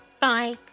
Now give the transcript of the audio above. Bye